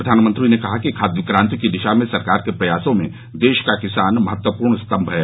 प्रधानमंत्री ने कहा कि खाद्य क्रान्ति की दिशा में सरकार के प्रयासों में देश का किसान महत्वपूर्ण स्तम्म है